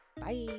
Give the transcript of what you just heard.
Bye